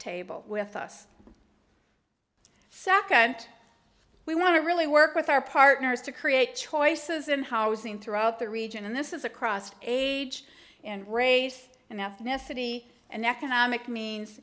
table with us sacca and we want to really work with our partners to create choices in housing throughout the region and this is across age and race and ethnicity and economic means